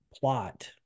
plot